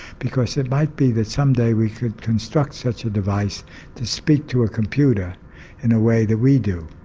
because it might be that some day we could construct such a device to speak to a computer in a way that we do.